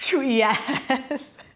yes